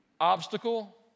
Obstacle